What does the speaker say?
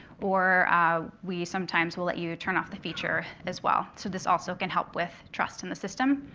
or we sometimes will let you turn off the feature as well. so this also can help with trust in the system.